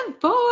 four